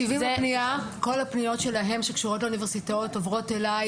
כל הפניות שלהם שקשורות לאוניברסיטאות עוברות אליי